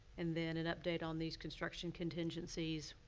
and then an update on these construction contingencies.